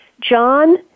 John